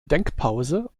denkpause